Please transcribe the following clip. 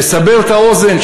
לסבר את האוזן,